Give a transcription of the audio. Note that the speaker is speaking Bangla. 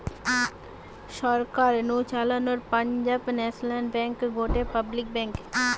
সরকার নু চালানো পাঞ্জাব ন্যাশনাল ব্যাঙ্ক গটে পাবলিক ব্যাঙ্ক